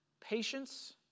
patience